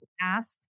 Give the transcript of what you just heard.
asked